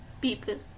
people